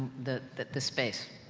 the, the the space.